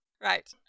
right